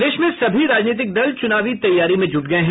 प्रदेश में सभी राजनीतिक दल चुनावी तैयारी में जुट गये हैं